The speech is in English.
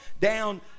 down